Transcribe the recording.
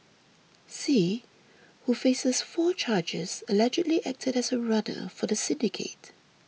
see who faces four charges allegedly acted as a runner for the syndicate